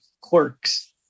quirks